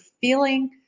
feeling